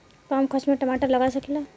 कम खर्च में टमाटर लगा सकीला?